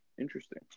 interesting